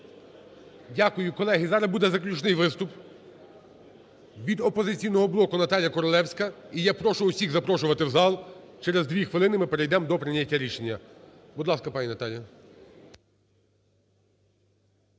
Дякую. Колеги, зараз буде заключний виступ, від "Опозиційного блоку" Наталія Королевська. І я прошу всіх запрошувати в зал, через 2 хвилини ми перейдемо до прийняття рішення. Будь ласка, пані Наталія.